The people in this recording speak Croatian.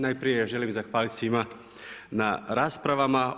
Najprije želim zahvaliti svima na raspravama.